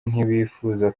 ntibifuza